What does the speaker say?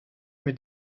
mit